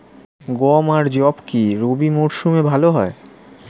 গম আর যব কি রবি মরশুমে ভালো হয়?